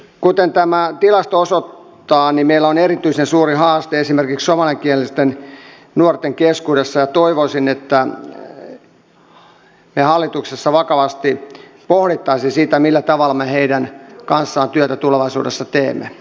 kuten tämä tilasto osoittaa meillä on erityisen suuri haaste esimerkiksi somaliankielisten nuorten keskuudessa ja toivoisin että me hallituksessa vakavasti pohtisimme sitä millä tavalla me heidän kanssaan työtä tulevaisuudessa teemme